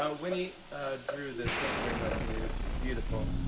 ah winnie drew this. thank you very much, winnie. this is beautiful.